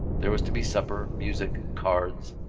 there was to be supper, music, cards.